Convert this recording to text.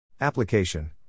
Application